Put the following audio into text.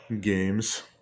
games